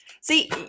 See